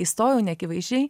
įstojau neakivaizdžiai